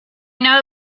know